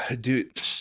dude